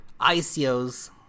ICOs